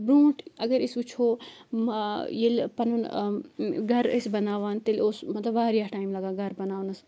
برونٛٹھ اگر أسۍ وٕچھو ییٚلہِ پَنُن گَرِ ٲسۍ بَناوان تیٚلہِ اوس مطلب واریاہ ٹایم لگان گَرٕ بَناونَس